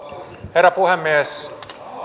herra puhemies